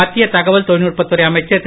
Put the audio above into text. மத்திய தகவல் தொழில்நுட்பத்துறை அமைச்சர் திரு